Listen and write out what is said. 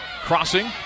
Crossing